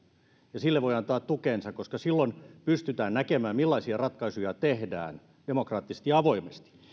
ja sille voi antaa tukensa koska silloin pystytään näkemään millaisia ratkaisuja tehdään demokraattisesti ja avoimesti